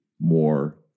more